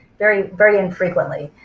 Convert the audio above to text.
very very infrequently.